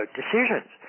decisions